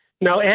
Now